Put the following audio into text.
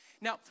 Now